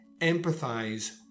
empathize